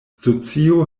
socio